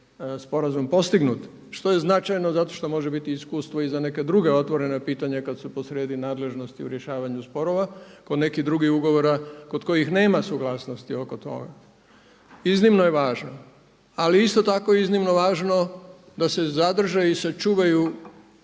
sporazum postignut što je značajno zato što može biti iskustvo i za neka druga otvorena pitanja kada su posrijedi nadležnosti u rješavanju sporova, kod nekih drugih ugovora kod kojih nema suglasnosti oko toga, iznimno je važno. Ali isto tako iznimno je važno da se zadrže i sačuvaju